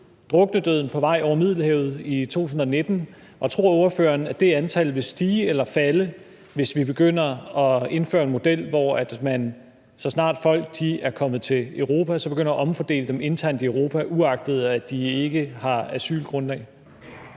druknedøden på vej over Middelhavet i 2019? Og tror ordføreren, at det antal vil stige eller falde, hvis vi begynder at indføre en model, hvor man, så snart folk er kommet til Europa, så begynder at omfordele dem internt i Europa, uagtet at de ikke har et asylgrundlag?